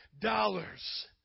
dollars